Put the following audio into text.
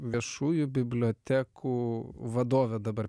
viešųjų bibliotekų vadovė dabar